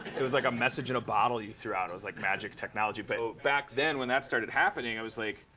it was like a message in a bottle you threw out. it was like magic technology. but back then, when that started happening, i was like,